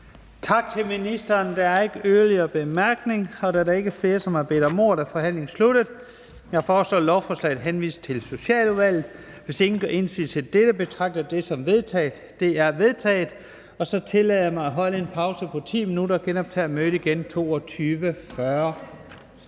Tak til ministeren. Der er ikke yderligere korte bemærkninger. Da der ikke er flere, som har bedt om ordet, er forhandlingen sluttet. Jeg foreslår, at lovforslaget henvises til Socialudvalget. Hvis ingen gør indsigelse mod dette, betragter jeg det som vedtaget. Det er vedtaget. Så tillader jeg mig at holde en pause på 10 minutter, og vi genoptager mødet kl. 22.40.